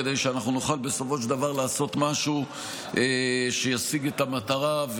כדי שנוכל בסופו של דבר לעשות משהו שישיג את המטרה,